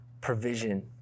provision